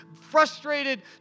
frustrated